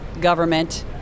government